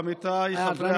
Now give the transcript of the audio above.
עמיתיי חברי הכנסת,